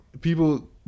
people